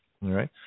right